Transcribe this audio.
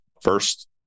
first